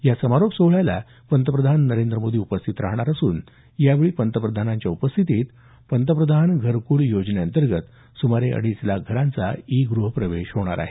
या समारोप सोहळ्याला पंतप्रधान नरेंद्र मोदी उपस्थित राहणार असून यावेळी पंतप्रधानांच्या उपस्थितीत पंतप्रधान घरकुल योजनेअंतर्गत सुमारे अडीच लाख घरांचा ई ग्रहप्रवेश होणार आहे